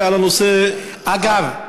אגב,